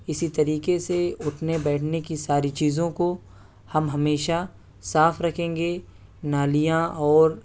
اسی طریقے سے اٹھنے بیٹھنے کی ساری چیزوں کو ہم ہمیشہ صاف رکھیں گے نالیاں اور